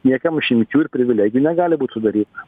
niekam išimčių ir privilegijų negali būt sudaryta